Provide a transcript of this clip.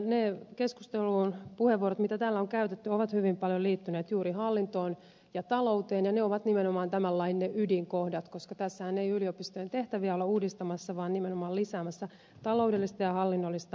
ne keskustelupuheenvuorot mitä täällä on käytetty ovat hyvin paljon liittyneet juuri hallintoon ja talouteen ja ne ovat nimenomaan tämän lain ne ydinkohdat koska tässähän ei yliopistojen tehtäviä olla uudistamassa vaan nimenomaan lisäämässä taloudellista ja hallinnollista autonomiaa